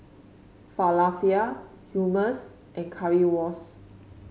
Falafel Hummus and Currywurst